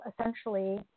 essentially